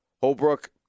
Holbrook